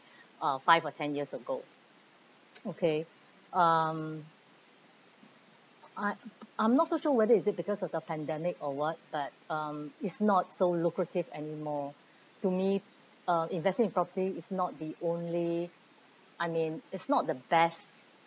uh five or ten years ago okay um I I'm not so sure whether it is because of the pandemic or what but um it's not so lucrative anymore to me uh investing in property is not the only I mean it's not the best